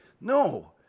No